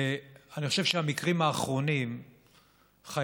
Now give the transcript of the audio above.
אני חושב שהמקרים האחרונים חייבים